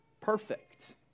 perfect